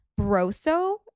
Broso